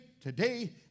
today